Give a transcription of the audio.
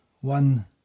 one